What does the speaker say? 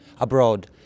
abroad